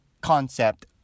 concept